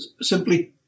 simply